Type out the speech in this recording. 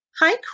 Hi